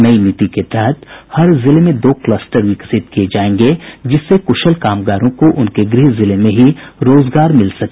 नई नीति के तहत हर जिले में दो क्लस्टर विकसित किये जायेंगे जिससे क्शल कामगारों को उनके गृह जिले में ही रोजगार मिल सके